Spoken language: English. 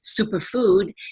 superfood